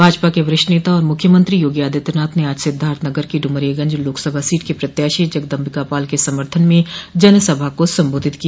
भाजपा के वरिष्ठ नेता और मुख्यमंत्री योगी आदित्यनाथ ने आज सिद्धार्थनगर की डुमरियागंज लोकसभा सीट के प्रत्याशी जगदम्बिका पाल के समर्थन में जनसभा को संबोधित किया